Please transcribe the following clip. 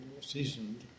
seasoned